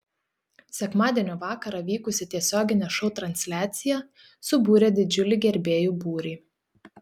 sekmadienio vakarą vykusi tiesioginė šou transliacija subūrė didžiulį gerbėjų būrį